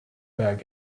bag